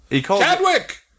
Chadwick